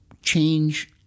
change